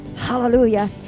Hallelujah